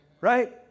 right